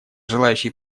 желающие